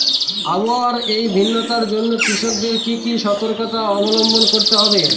আবহাওয়ার এই ভিন্নতার জন্য কৃষকদের কি কি সর্তকতা অবলম্বন করতে হবে?